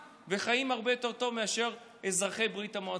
וחיים בהן הרבה יותר טוב מאשר אזרחי ברית המועצות,